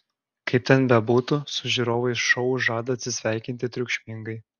kaip ten bebūtų su žiūrovais šou žada atsisveikinti triukšmingai